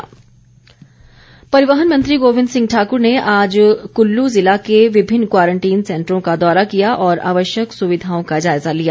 गोविंद ठाकुर परिवहन मंत्री गोविंद सिंह ठाकुर ने आज कुल्लू जिला के विभिन्न क्वारंटीन सेंटरों का दौरा किया और आवश्यक सुविधाओं का जायजा लिया